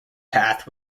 path